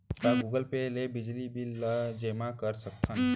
का Google Pay ले बिजली बिल ल जेमा कर सकथन?